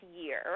year